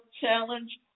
challenge